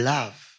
Love